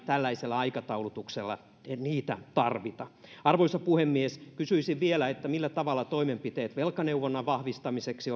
tällaisella aikataulutuksella niitä ei tarvita arvoisa puhemies kysyisin vielä millä tavalla toimenpiteet velkaneuvonnan vahvistamiseksi